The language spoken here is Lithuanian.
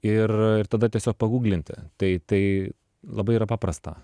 ir ir tada tiesiog paguglinti tai tai labai yra paprasta